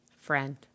friend